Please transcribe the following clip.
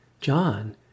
John